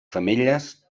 femelles